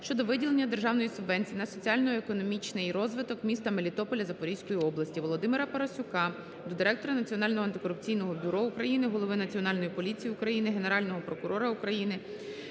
щодо виділення державної субвенції на соціально-економічний розвиток міста Мелітополя Запорізької області. Володимира Парасюка до Директора Національного антикорупційного бюро України, Голови Національної поліції України, Генерального прокурора України